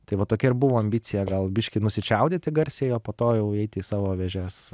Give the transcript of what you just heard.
tai va tokia ir buvo ambicija gal biškį nusičiaudėti garsiai o po to jau įeiti į savo vėžes